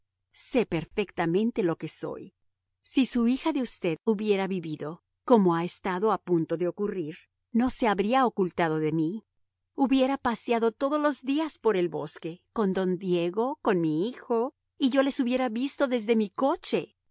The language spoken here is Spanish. sé perfectamente lo que soy si su hija de usted hubiera vivido como ha estado a punto de ocurrir no se habría ocultado de mí hubiera paseado todos los días por el bosque con don diego con mi hijo y yo les hubiera visto desde mi coche